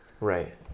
Right